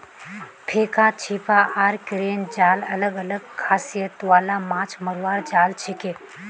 फेका छीपा आर क्रेन जाल अलग अलग खासियत वाला माछ मरवार जाल छिके